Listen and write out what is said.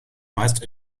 meist